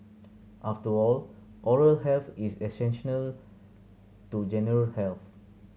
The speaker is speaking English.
after all oral health is essential to general health